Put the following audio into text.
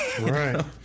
Right